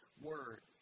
word